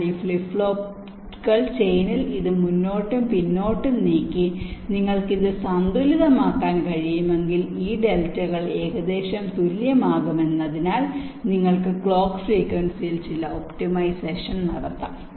എന്നാൽ ഈ ഫ്ലിപ്പ് ഫ്ലോപ്പുകൾ ചെയിനിൽ ഇത് മുന്നോട്ടും പിന്നോട്ടും നീക്കി നിങ്ങൾക്ക് ഇത് സന്തുലിതമാക്കാൻ കഴിയുമെങ്കിൽ ഈ ഡെൽറ്റകൾ ഏകദേശം തുല്യമാകുന്നതിനാൽ നിങ്ങൾക്ക് ക്ലോക്ക് ഫ്രേക്വീൻസിയിൽ ചില ഒപ്റ്റിമൈസേഷൻ നടത്താം